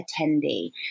attendee